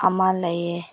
ꯑꯃ ꯂꯩꯌꯦ